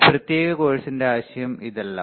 ഈ പ്രത്യേക കോഴ്സിന്റെ ആശയം ഇതെല്ല